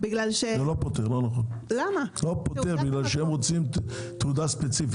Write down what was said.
זה לא פותר, משום שהם מבקשים תעודה ספציפית.